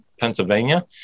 Pennsylvania